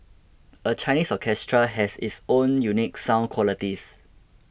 a Chinese orchestra has its own unique sound qualities